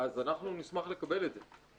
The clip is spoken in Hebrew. אז אנחנו נשמח לקבל את זה.